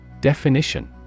Definition